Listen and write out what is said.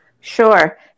Sure